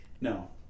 No